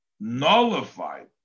Nullified